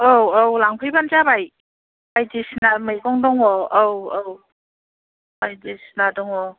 औ औ लांफैबानो जाबाय बायदिसिना मैगं दङ औ औ बायदिसिना दङ